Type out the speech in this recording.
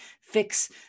Fix